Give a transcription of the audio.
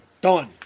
done